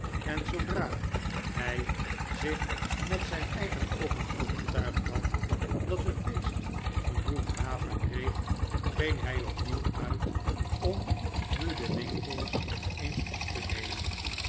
en zoodra hij zich met zijn eigen oogen overtuigd had dat het beest genoeg haver kreeg ging hij opnieuw uit om nu de winkels eens op te nemen